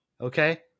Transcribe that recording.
okay